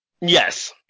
Yes